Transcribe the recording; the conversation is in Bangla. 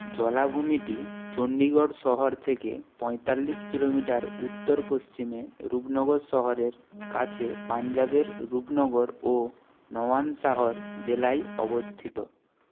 জলাভূমিটি চণ্ডীগড় শহর থেকে পঁয়তাল্লিশ কিলোমিটার উত্তর পশ্চিমে রূপনগর শহরের কাছে পঞ্জাবের রূপনগর ও নওয়ানসাহর জেলায় অবস্থিত